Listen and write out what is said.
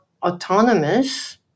autonomous